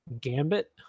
Gambit